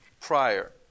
prior